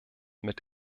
mit